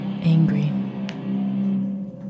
angry